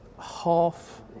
half